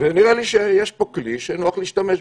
ונראה לי שיש פה כלי שנוח להשתמש בו.